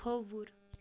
کھووُر